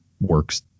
works